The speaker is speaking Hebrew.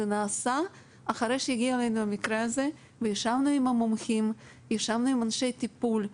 זה נעשה אחרי שהגיע אלינו המקרה הזה וישבנו עם המומחים ואנשי הטיפול.